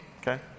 Okay